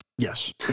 Yes